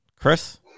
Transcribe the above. Chris